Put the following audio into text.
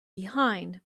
behind